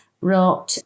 wrote